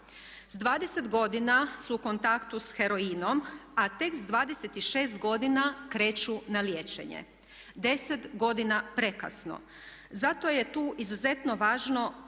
S 20 godina su u kontaktu sa heroinom, a tek s 26 godina kreću na liječenje. 10 godina prekasno. Zato je tu izuzetno važno